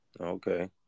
Okay